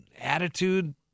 attitude